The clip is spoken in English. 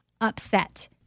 upset